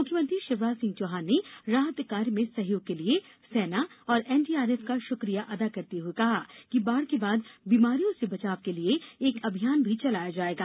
मुख्यमंत्री शिवराज सिंह चौहान ने राहत कार्य में सहयोग के लिए सेना और एनडीआरएफ का शुक्रिया अदा करते हुए कहा कि बाढ़ के बाद बीमारियों से बचाव के लिए एक अभियान भी चलाया जायेगा